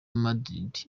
madrid